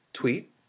tweet